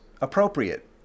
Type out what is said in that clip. appropriate